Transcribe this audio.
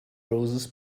roses